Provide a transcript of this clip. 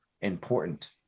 important